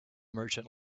merchant